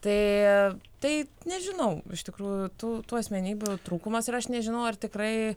tai tai nežinau iš tikrųjų tų tų asmenybių trūkumas ir aš nežinau ar tikrai